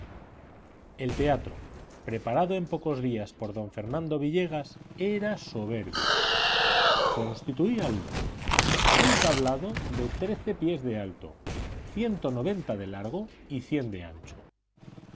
el teatro preparado en pocos días por don fernando villegas era soberbio constituíanlo un tablado de pies de alto de largo y de ancho